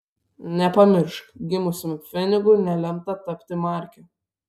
nepamiršk gimusiam pfenigu nelemta tapti marke